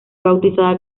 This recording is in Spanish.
bautizada